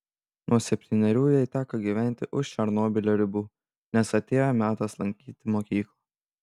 nuo septynerių jai teko gyventi už černobylio ribų nes atėjo metas lankyti mokyklą